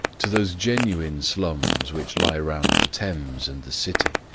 to those genuine slums which lie round the thames and the city,